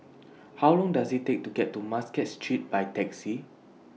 How Long Does IT Take to get to Muscat Street By Taxi